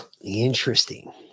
Interesting